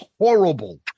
horrible